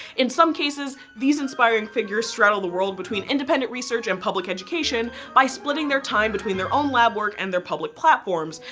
in some cases these inspiring figures straddle the world between independent research and public education by splitting time between their own lab work and their public platforms.